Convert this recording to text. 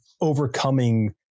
overcoming